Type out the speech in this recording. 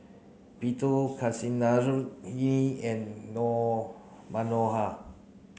Kasinadhuni and Manohar